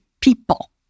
people